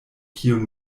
kiun